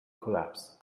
collapse